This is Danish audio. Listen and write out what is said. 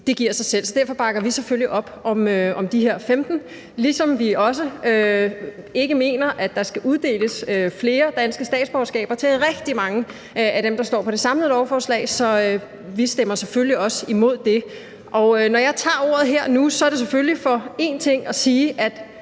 Det giver sig selv. Så derfor bakker vi selvfølgelig op om de her 15 ændringsforslag, ligesom vi heller ikke mener, der skal uddeles danske statsborgerskaber til rigtig mange af dem, der står på det samlede lovforslag. Så vi stemmer selvfølgelig også imod det. Når jeg tager ordet her og nu, er det selvfølgelig for sige en